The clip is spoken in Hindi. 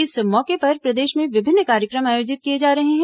इस मौके पर प्रदेश में विभिन्न कार्यक्रम आयोजित किए जा रहे हैं